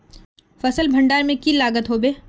फसल भण्डारण में की लगत होबे?